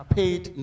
paid